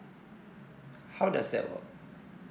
how does that work